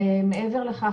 ומעבר לכך,